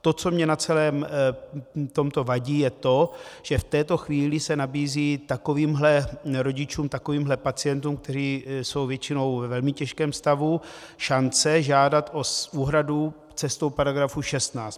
To, co mně na celém tomto vadí, je to, že v této chvíli se nabízí takovýmhle rodičům, takovýmto pacientům, kteří jsou většinou ve velmi těžkém stavu, šance žádat o úhradu cestou paragrafu 16.